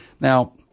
Now